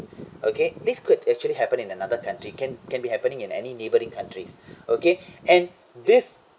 okay this could actually happen in another country can can be happening in any neighboring countries okay and this